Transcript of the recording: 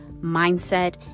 mindset